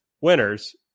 winners